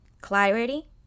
clarity